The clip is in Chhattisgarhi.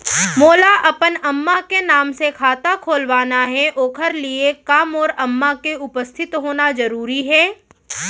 मोला अपन अम्मा के नाम से खाता खोलवाना हे ओखर लिए का मोर अम्मा के उपस्थित होना जरूरी हे?